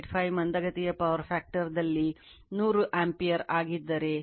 ಈಗ secondary side ದಲ್ಲಿ ನೂರು ಆಂಪಿಯರ್ ಆಗಿದ್ದರೆ